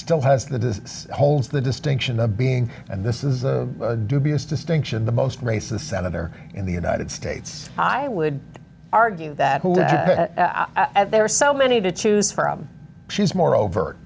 still has the holds the distinction of being and this is a dubious distinction the most races senator in the united states i would argue that there are so many to choose from she's more overt